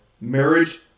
marriage